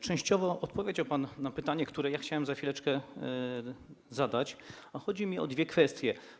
Częściowo odpowiedział pan na pytanie, które chciałem za chwileczkę zadać, a chodzi o dwie kwestie.